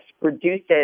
reduces